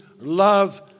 love